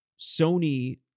Sony